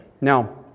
now